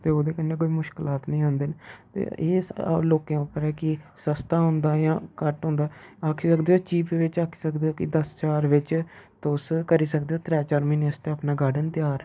ते ओह्दे कन्नै कोई मुश्किलात नेईं आंदे न ते एह् लोकें उप्पर ऐ कि सस्ता होंदा जां घट्ट होंदा आक्खी सकदे ओ चीप बिच्च आक्खी सकदे ओह् दस चार बिच्च तुस करी सकदे ओ त्रै चार म्हीने आस्तै अपना गार्डन त्यार